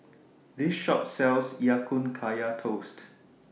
This Shop sells Ya Kun Kaya Toast